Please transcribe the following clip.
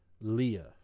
Leah